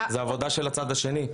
זה עבודה של הצד השני.